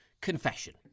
confession